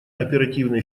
оперативной